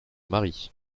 mari